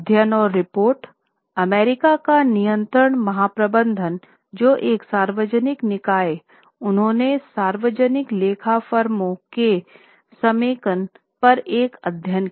अध्ययन और report America का नियंत्रक महाप्रबंधक जो एक सार्वजनिक निकाय उन्होंने सार्वजनिक लेखा फर्मों के समेकन पर एक अध्ययन किया